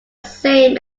same